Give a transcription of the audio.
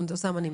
אוסאמה נמנע.